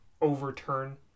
overturn